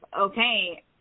okay